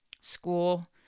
school